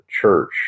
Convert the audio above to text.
church